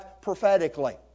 prophetically